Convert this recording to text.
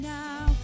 now